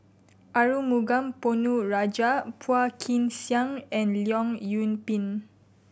Arumugam Ponnu Rajah Phua Kin Siang and Leong Yoon Pin